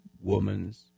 Woman's